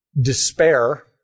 despair